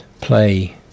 play